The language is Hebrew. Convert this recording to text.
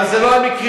אבל זה לא המקרים.